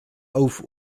auf